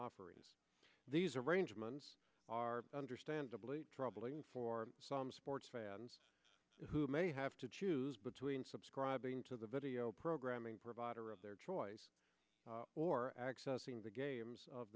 offerings these arrangements are understandably troubling for some sports fans who may have to choose between subscribing to the video programming provider of their choice or accessing the games of